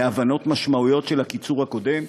להבין משמעויות של הקיצור הקודם?